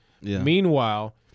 Meanwhile